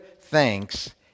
thanks